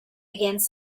against